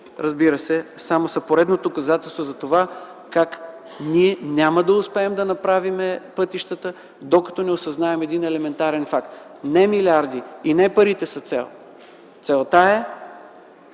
проектите са само поредното доказателство за това как няма да успеем да направим пътищата, докато не осъзнаем един елементарен факт: не милиардите, не парите са цел, целта е